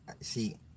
See